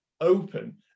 open